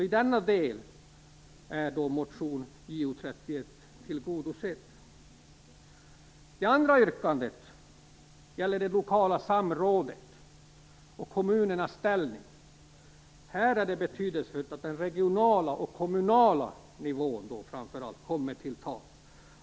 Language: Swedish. I denna del är motion Det andra yrkandet gäller det lokala samrådet och kommunernas ställning. Här är det betydelsefullt att framför allt den regionala och kommunala nivån kommer till tals.